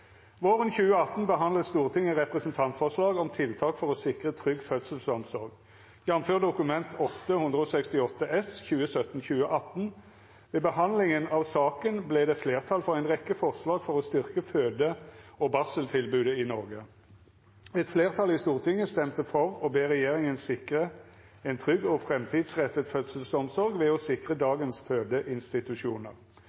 Våren 2018 behandlet Stortinget en sak for å sikre en trygg fødselsomsorg. Ved behandlingen av saken fikk vi flertall for en rekke viktige forslag for å styrke fødsels- og barselomsorgen i landet. Det ble flertall for å sikre en trygg og framtidsrettet fødselsomsorg ved å sikre